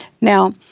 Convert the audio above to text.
Now